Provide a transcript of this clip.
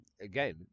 again